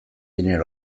diren